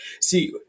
See